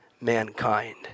mankind